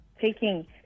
taking